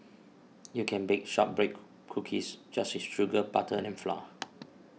you can bake Shortbread Cookies just with sugar butter and flour